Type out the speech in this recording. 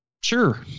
Sure